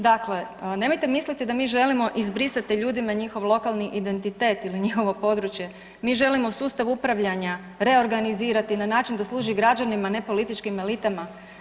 Dakle, nemojte misliti da mi želimo izbrisati ljudima njihov lokalni identitet ili njihovo području, mi želimo sustav upravljanja reorganizirati na način da služi građanima, a ne političkim elitama.